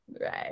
Right